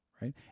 Right